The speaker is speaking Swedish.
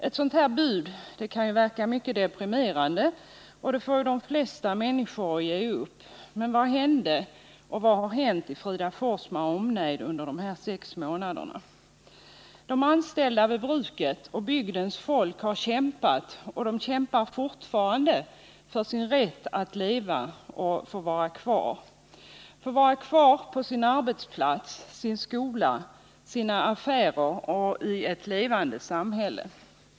Ett sådant bud kan verka mycket deprimerande, och det får de flesta människor att ge upp. Men vad hände och vad har hänt i Fridafors med omnejd under dessa sex månader? De anställda vid bruket och bygdens folk har kämpat — och de kämpar fortfarande — för sin rätt att leva och få vara kvar. Det gäller att få ha kvar sin arbetsplats, sin skola, sina affärer och ett levande samhälle.